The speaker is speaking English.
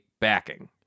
backing